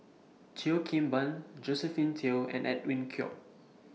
Cheo Kim Ban Josephine Teo and Edwin Koek